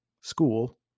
school